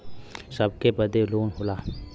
सबके बदे लोन होला